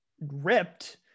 ripped